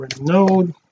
node